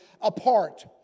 apart